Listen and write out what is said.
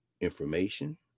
information